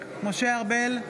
משה ארבל,